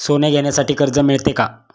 सोने घेण्यासाठी कर्ज मिळते का?